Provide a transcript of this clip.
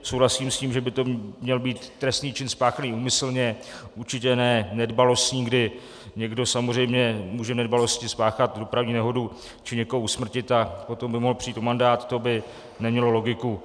Souhlasím s tím, že by to měl být trestný čin spáchaný úmyslně, určitě ne nedbalostní, kdy někdo samozřejmě může nedbalostí spáchat dopravní nehodu či někoho usmrtit a potom by mohl přijít o mandát, to by nemělo logiku.